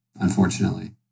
unfortunately